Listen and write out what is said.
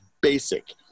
basic